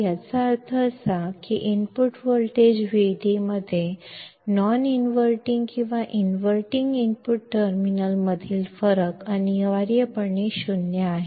ಇದರರ್ಥ input voltage V D inverting ಮತ್ತು inverting input ಟರ್ಮಿನಲ್ಗಳ ನಡುವಿನ ವ್ಯತ್ಯಾಸವು ಮೂಲಭೂತವಾಗಿ 0